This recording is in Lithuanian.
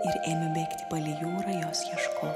ir ėmė bėgti palei jūrą jos ieškot